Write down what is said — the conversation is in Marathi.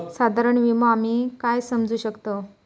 साधारण विमो आम्ही काय समजू शकतव?